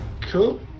Cool